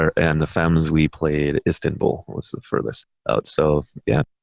and the femmes, we played istanbul, was the furthest out. so yeah,